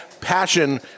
passion